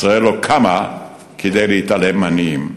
ישראל לא קמה כדי להתעלם מעניים.